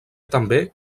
també